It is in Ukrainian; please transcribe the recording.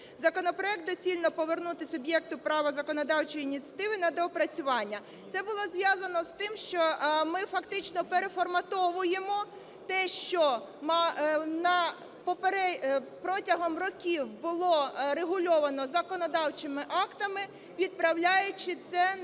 законопроект доцільно повернути суб'єкту права законодавчої ініціативи на доопрацювання. Це було зв’язано з тим, що ми фактично переформатовуємо те, що протягом років було регульовано законодавчими актами, відправляючи це на